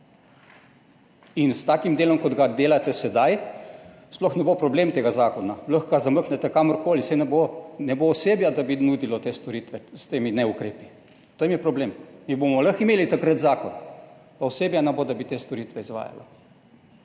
S takim delom, kot ga delate sedaj, sploh ne bo problem ta zakon. Lahko ga zamaknete kamorkoli, saj ne bo osebja, ki bi nudilo te storitve s temi neukrepi. To je problem. Takrat bomo lahko imeli zakon, pa osebja ne bo, da bi izvajalo